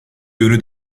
yönü